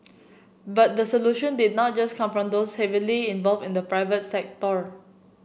but the solution did not just come from those heavily involved in the private sector